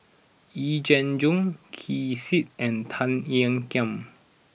Yee Jenn Jong Ken Seet and Tan Ean Kiam